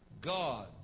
God